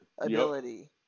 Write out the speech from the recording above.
ability